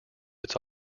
its